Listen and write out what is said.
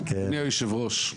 אדוני היושב-ראש,